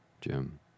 Jim